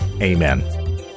Amen